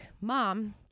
Mom